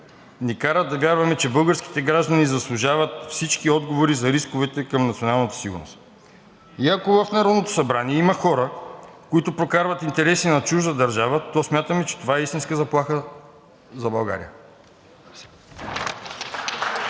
ни карат да вярваме, че българските граждани заслужават всички отговори за рисковете към националната сигурност. И ако в Народното събрание има хора, които прокарват интереси на чужда държава, то смятаме, че това е истинска заплаха за България.